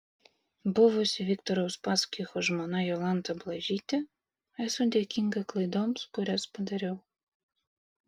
buvusi viktoro uspaskicho žmona jolanta blažytė esu dėkinga klaidoms kurias padariau